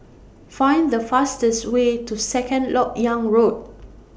Find The fastest Way to Second Lok Yang Road